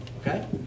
okay